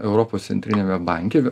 europos centriniame banke